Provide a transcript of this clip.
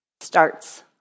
starts